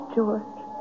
George